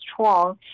strong